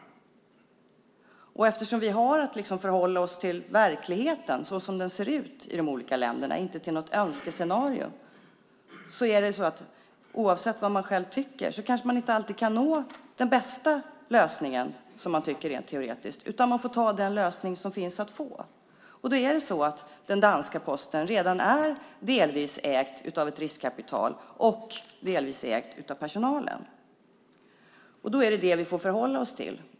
Eftersom vi har att förhålla oss till verkligheten som den ser ut i de olika länderna, inte till något önskescenario, kanske man, oavsett vad man själv tycker, inte alltid kan nå den teoretiskt bästa lösningen. Man får ta den lösning som går att få. Den danska Posten är redan ägd delvis av ett riskkapitalbolag, delvis av personalen. Det är det vi får förhålla oss till.